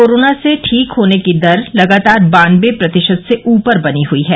corona से ठीक होने की दर लगातार बान्नबे प्रतिशत से ऊपर बनी हुई है